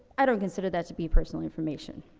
i don't consider that to be personal information.